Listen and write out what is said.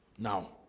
Now